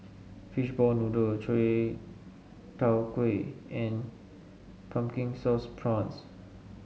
Fishball Noodle Chai Tow Kuay and Pumpkin Sauce Prawns